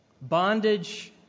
Bondage